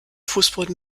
fußboden